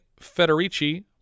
Federici